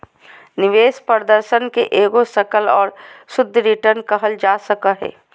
निवेश प्रदर्शन के एगो सकल और शुद्ध रिटर्न कहल जा सको हय